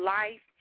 life